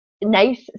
nice